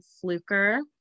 Fluker